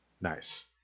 Nice